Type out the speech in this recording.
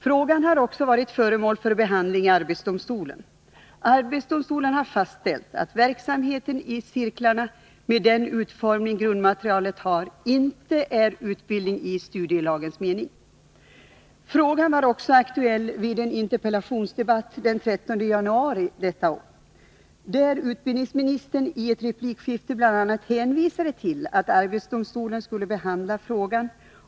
Frågan har också varit föremål för behandling i arbetsdomstolen, som fastställde att cirkelverksamhet med den utformning som grundmaterialet har inte är utbildning i studielagens mening. Även i en interpellationsdebatt den 13 januari i år var frågan aktuell. Utbildningsministern hänvisade då i ett replikskifte bl.a. till att arbetsdomstolen skulle behandla frågan.